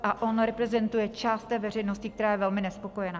A on reprezentuje část té veřejnosti, která je velmi nespokojena.